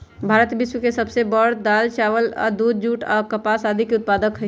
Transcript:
भारत विश्व के सब से बड़ दाल, चावल, दूध, जुट आ कपास के उत्पादक हई